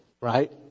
right